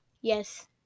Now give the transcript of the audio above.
Yes